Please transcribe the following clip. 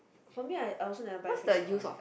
for me I I also never buy facial oil